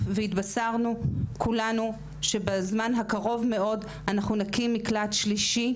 והתבשרנו כולנו שבזמן הקרוב מאוד נקים מקלט שלישי,